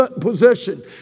possession